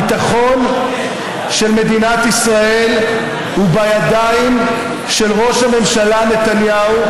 הביטחון של מדינת ישראל הוא בידיים של ראש הממשלה נתניהו,